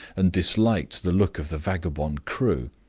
and disliked the look of the vagabond crew.